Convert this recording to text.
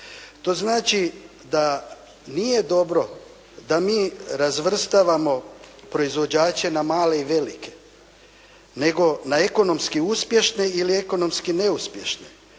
To znači da nije dobro da mi razvrstavamo proizvođače na male i velike nego na ekonomski uspješne ili ekonomski neuspješne.